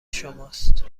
شماست